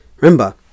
Remember